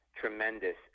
tremendous